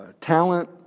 talent